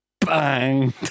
bang